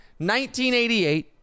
1988